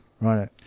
Right